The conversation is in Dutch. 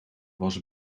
was